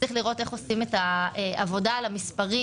צריך לבדוק איך עושים את העבודה על המספרים.